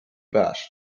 bush